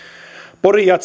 pori jazz